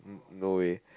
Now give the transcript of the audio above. no way